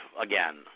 again